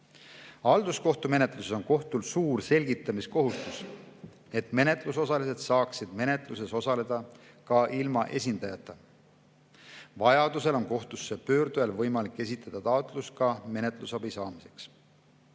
Halduskohtumenetluses on kohtul suur selgitamiskohustus, et menetlusosalised saaksid menetluses osaleda ka ilma esindajata. Vajaduse korral on kohtusse pöördujal võimalik esitada taotlus ka menetlusabi saamiseks.